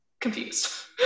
confused